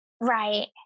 Right